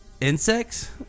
insects